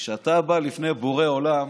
כשאתה בא לפני בורא עולם,